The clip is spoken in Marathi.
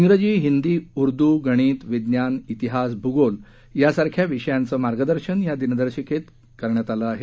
विजी हिंदी ऊर्दू गणित विज्ञान विज्ञान वित्तास भूगोल यासारख्या विषयांचे मार्गदर्शन या दिनदर्शिकेत करण्यात आले आहे